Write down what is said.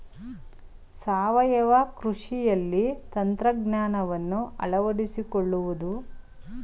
ಸಾವಯವ ಕೃಷಿಯಲ್ಲಿ ತಂತ್ರಜ್ಞಾನವನ್ನು ಅಳವಡಿಸಿಕೊಳ್ಳುವುದು ಹೇಗೆ?